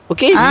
Okay